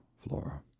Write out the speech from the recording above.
Flora